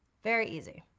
very easy.